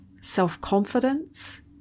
self-confidence